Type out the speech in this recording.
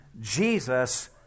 Jesus